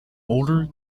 older